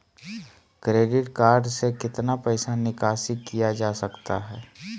Credit card से कितना पैसा निकासी किया जा सकता है?